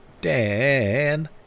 Dan